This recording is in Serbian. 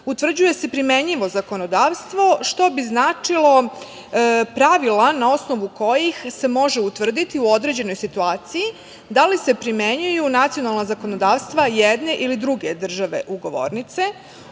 utvrđuje se primenljivo zakonodavstvo, što bi značilo pravila na osnovu kojih se može utvrditi u određenoj situaciji da li se primenjuju nacionalna zakonodavstva jedne ili druge države ugovornice,